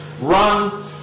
run